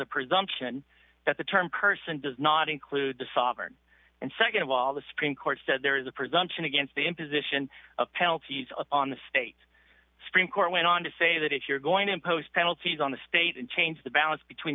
a presumption that the term person does not include the sovereign and nd of all the supreme court said there is a presumption against the imposition of penalties on the state supreme court went on to say that if you're going to impose penalties on the state and change the balance between